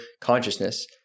consciousness